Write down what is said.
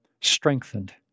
strengthened